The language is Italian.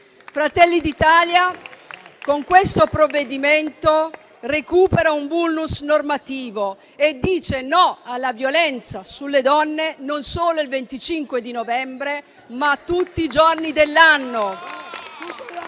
Fratelli d'Italia con questo provvedimento recupera un *vulnus* normativo e dice no alla violenza sulle donne non solo il 25 novembre, ma tutti i giorni dell'anno.